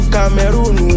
Cameroon